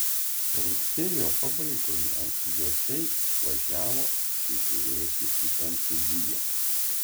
rugsėjo pabaigoje jociai išvažiavo apsižiūrėti į prancūziją